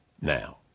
now